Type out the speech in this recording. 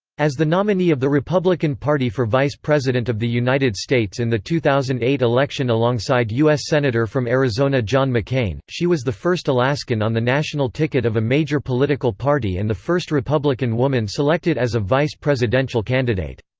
as the nominee of the republican party for vice president of the united states in the two thousand and eight election alongside u s. senator from arizona john mccain, she was the first alaskan on the national ticket of a major political party and the first republican woman selected as a vice presidential candidate.